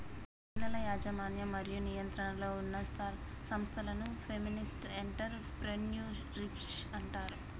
మహిళల యాజమాన్యం మరియు నియంత్రణలో ఉన్న సంస్థలను ఫెమినిస్ట్ ఎంటర్ ప్రెన్యూర్షిప్ అంటారు